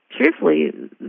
truthfully